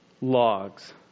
logs